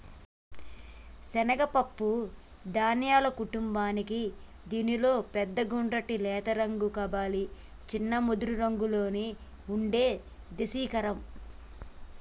శనగలు పప్పు ధాన్యాల కుటుంబానికీ దీనిలో పెద్ద గుండ్రటి లేత రంగు కబూలి, చిన్న ముదురురంగులో ఉండే దేశిరకం